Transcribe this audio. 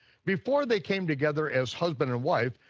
before they came together as husband and wife,